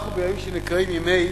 אנחנו בימים שנקראים ימי